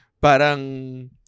parang